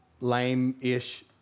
lame-ish